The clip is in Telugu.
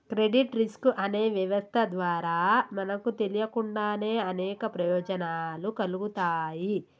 క్రెడిట్ రిస్క్ అనే వ్యవస్థ ద్వారా మనకు తెలియకుండానే అనేక ప్రయోజనాలు కల్గుతాయి